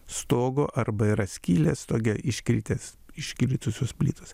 stogo arba yra skylės stoge iškritęs iškritusios plytos